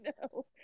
No